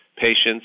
patients